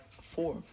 four